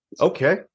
Okay